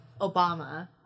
Obama